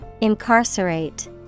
Incarcerate